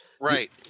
Right